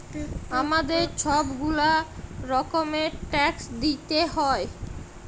আমাদের ছব গুলা রকমের ট্যাক্স দিইতে হ্যয়